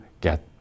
get